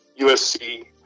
USC